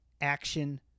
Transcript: action